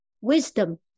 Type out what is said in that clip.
wisdom